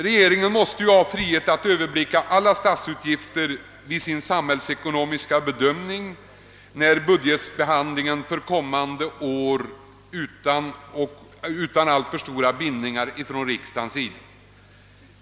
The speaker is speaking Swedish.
Regeringen måste vid budgetbehandlingen för kommande år ha frihet att överblicka alla statsutgifter utan alltför stora bindningar från riksdagens sida.